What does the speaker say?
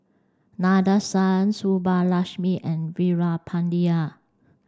Nadesan Subbulakshmi and Veerapandiya